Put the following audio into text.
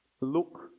Look